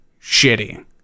shitty